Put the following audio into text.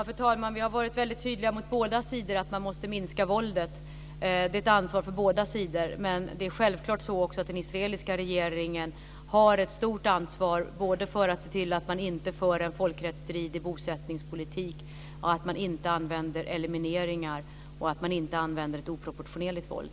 Fru talman! Vi har varit mycket tydliga mot båda sidor om att man måste minska våldet. Det är ett ansvar för båda sidor. Men det är självklart också så att den israeliska regeringen har ett stort ansvar både för att se till att man inte för en folkrättsstridig bosättningspolitik och för att man inte använder elimineringar och ett oproportionerligt våld.